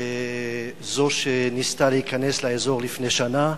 זאת שניסתה להיכנס לאזור לפני שנה,